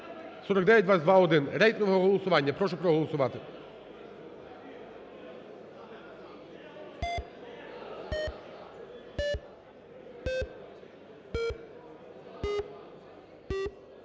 4922-1, рейтингове голосування. Прошу проголосувати.